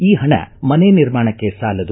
ಈ ಪಣ ಮನೆ ನಿರ್ಮಾಣಕ್ಕೆ ಸಾಲದು